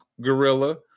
gorilla